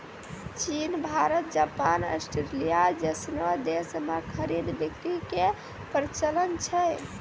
चीन Bharat Japan Australia जैसनो देश मे खरीद बिक्री के प्रचलन छै